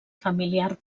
familiar